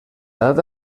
data